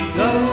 go